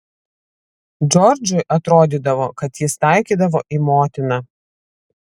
džordžui atrodydavo kad jis taikydavo į motiną